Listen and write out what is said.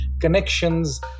connections